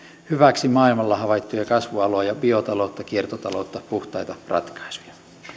hyväksi maailmalla havaittuja kasvualoja biotaloutta kiertotaloutta puhtaita ratkaisuja